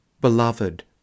Beloved